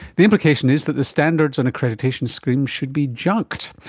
the implication is that the standards and accreditation scheme should be junked.